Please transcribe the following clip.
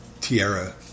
Tierra